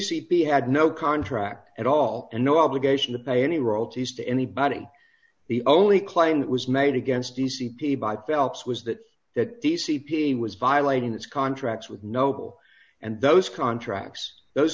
the had no contract at all and no obligation to pay any royalties to anybody the only claim that was made against d c p by phelps was that that d c p was violating its contracts with noble and those contracts those